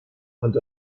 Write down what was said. and